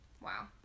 Wow